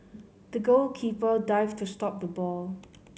the goalkeeper dived to stop the ball